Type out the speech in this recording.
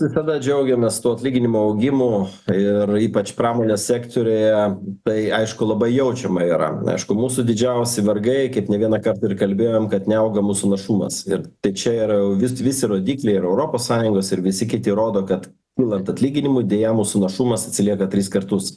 visada džiaugiamės tuo atlyginimų augimu ir ypač pramonės sektoriuje tai aišku labai jaučiama yra aišku mūsų didžiausi vargai kaip ne vieną kartą ir kalbėjom kad neauga mūsų našumas ir čia yra vis visi rodikliai europos sąjungos ir visi kiti rodo kad kylant atlyginimui deja mūsų našumas atsilieka tris kartus